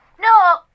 No